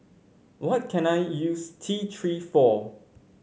what can I use T Three for